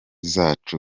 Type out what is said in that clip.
zacu